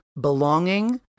belonging